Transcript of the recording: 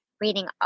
reading